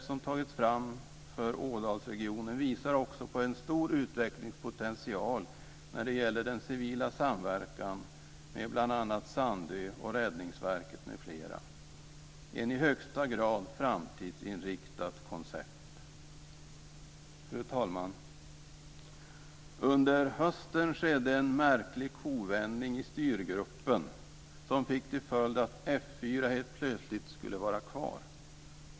Ådalsregionen visar också på en stor utvecklingspotential när det gäller den civila samverkan med bl.a. Sandö, Räddningsverket m.fl. - ett i högsta grad framtidsinriktat koncept. Fru talman! Under hösten skedde en märklig kovändning i styrgruppen som fick till följd att F 4 helt plötsligt skulle vara kvar.